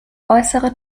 äußere